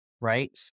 Right